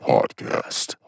Podcast